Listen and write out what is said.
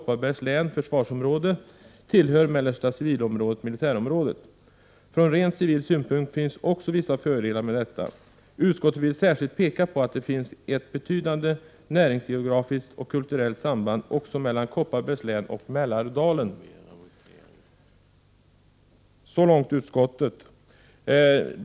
1988 försvarsområde tillhör Mellersta civilområdet/militärområ 25 maj 1989 det. Från rent civil synpunkt finns också vissa fördelar med detta. Utskottet vill särskilt peka på att det finns ett betydande näringsgeografiskt och EA rst kulturellt samband också mellan Kopparbergs län och Mälardalen.” SORGSEN ENr förG svaret, m.m.